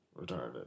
retarded